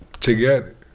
together